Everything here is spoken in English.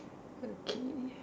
okay